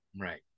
Right